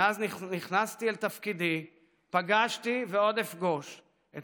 מאז נכנסתי לתפקידי פגשתי ועוד אפגוש את